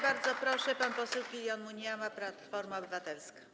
Bardzo proszę, pan poseł Killion Munyama, Platforma Obywatelska.